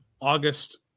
August